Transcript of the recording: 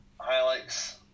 highlights